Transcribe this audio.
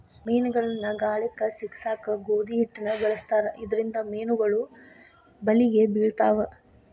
ಮೇನಗಳನ್ನ ಗಾಳಕ್ಕ ಸಿಕ್ಕಸಾಕ ಗೋಧಿ ಹಿಟ್ಟನ ಬಳಸ್ತಾರ ಇದರಿಂದ ಮೇನುಗಳು ಬಲಿಗೆ ಬಿಳ್ತಾವ